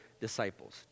disciples